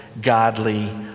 godly